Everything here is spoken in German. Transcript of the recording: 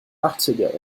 achtziger